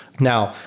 now,